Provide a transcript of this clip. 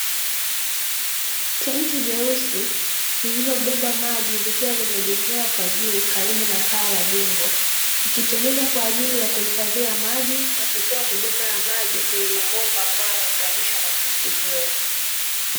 Tangi jeusi lililobeba maji likiwa limejengewa kwa juu karibu na paa la jengo, likitumika kwa ajili ya kuhifadhia maji na kutoa huduma ya maji kwenye mabomba ambayo yameunganishwa na tangi hilo.